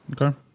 okay